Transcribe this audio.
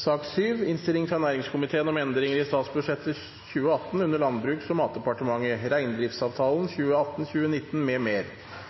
6. Etter ønske fra næringskomiteen vil presidenten foreslå at taletiden blir begrenset til 3 minutter til hver partigruppe og